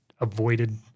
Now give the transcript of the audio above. avoided